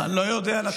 אני לא יודע לתת לך.